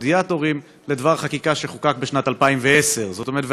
הפודיאטורים לדבר חקיקה שחוקק בשנת 2010. זאת אומרת,